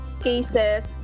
cases